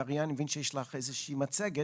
מריאנה, אני מבין שיש לך איזושהי מצגת.